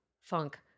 funk